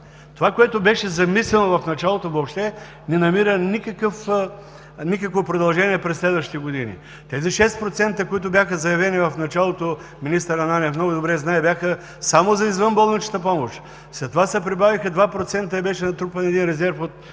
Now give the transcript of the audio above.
Онова, което беше замислено в началото, въобще не намира никакво продължение през следващите години. Тези 6%, които бяха заявени в началото, министър Ананиев знае много добре, бяха само за извънболничната помощ. След това се прибавиха 2% и беше натрупан резерв от